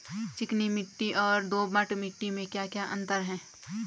चिकनी मिट्टी और दोमट मिट्टी में क्या क्या अंतर है?